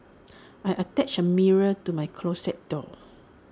I attached A mirror to my closet door